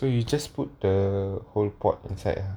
so you just put the whole pod inside